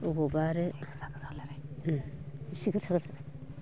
अबावबा आरो उम एसे गोसा गोसा